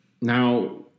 now